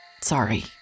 Sorry